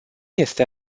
este